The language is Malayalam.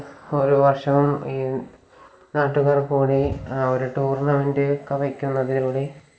ഓരോ വർഷം ഈ നാട്ടുകാർക്കൂടി ഒരു ടൂർണമെൻറ്റ് കളിക്കുന്നതിലൂടെ